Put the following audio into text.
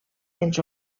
els